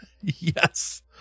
Yes